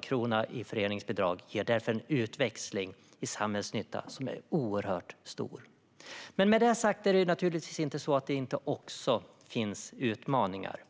krona i föreningsbidrag ger en oerhört stor utväxling i samhällsnytta. Det finns naturligtvis också utmaningar.